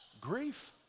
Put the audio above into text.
grief